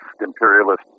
imperialist